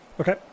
Okay